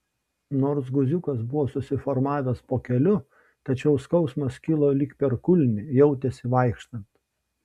nors guziukas buvo susiformavęs po keliu tačiau skausmas kilo lyg per kulnį jautėsi vaikštant